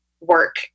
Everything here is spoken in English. work